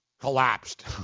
collapsed